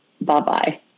Bye-bye